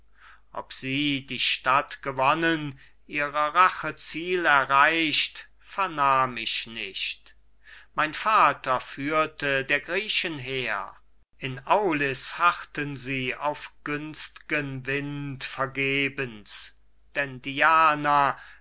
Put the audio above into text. ob sie die stadt gewonnen ihrer rache ziel erreicht vernahm ich nicht mein vater führte der griechen heer in aulis harrten sie auf günst'gen wind vergebens denn diane